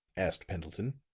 asked pendleton.